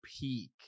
peak